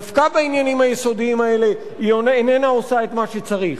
דווקא בעניינים היסודיים האלה היא איננה עושה את מה שצריך.